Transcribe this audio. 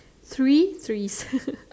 three trees